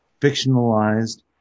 fictionalized